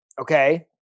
Okay